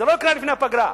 זה לא יקרה לפני הפגרה.